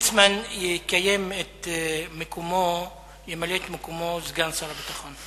את מקומו של ליצמן ימלא סגן שר הביטחון,